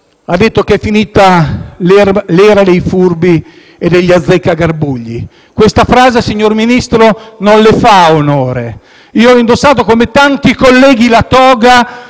ha detto che è finita l'era dei furbi e degli azzeccagarbugli e questa frase, signor Ministro, non le fa onore. Io ho indossato, come tanti colleghi, quella toga